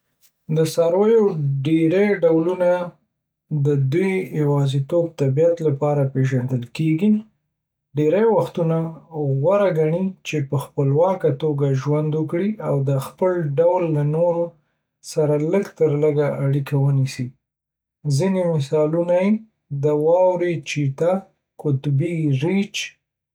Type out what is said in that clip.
د څارویو ډیری ډولونه د دوی د یوازیتوب طبیعت لپاره پیژندل کیږي، ډیری وختونه غوره ګڼي چې په خپلواکه توګه ژوند وکړي او د خپل ډول له نورو سره لږ تر لږه اړیکه ونیسي. ځینې مثالونه یې د واورې چیتا، قطبي ریچھ،